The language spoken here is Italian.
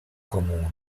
comune